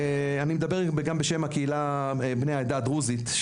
אני מדבר גם בשם בני העדה הדרוזית,